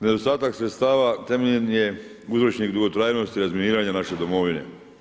Nedostatak sredstava temeljni je uzročnik dugotrajnosti razminiranja naše domovine.